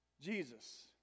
Jesus